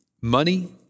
money